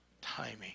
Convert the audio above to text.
timing